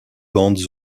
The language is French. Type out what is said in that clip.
bandes